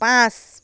পাঁচ